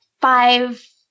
five